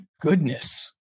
goodness